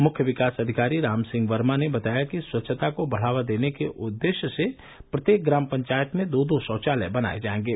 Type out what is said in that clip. मुख्य विकास अधिकारी राम सिंह वर्मा ने बताया कि स्वच्छता को बढ़ावा देने के उद्देश्य से प्रत्येक ग्राम पंचायत में दो दो शौचालय बनाये जायेंगे